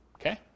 Okay